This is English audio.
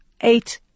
eight